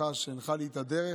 שהנחה לי את הדרך,